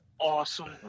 awesome